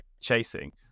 chasing